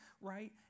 right